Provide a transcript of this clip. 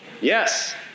Yes